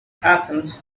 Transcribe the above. athens